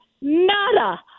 nada